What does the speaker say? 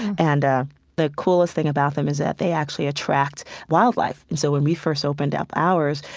and the coolest thing about them is that they actually attract wildlife. and so when we first opened up ours,